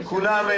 כולם,